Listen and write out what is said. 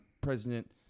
President